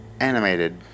animated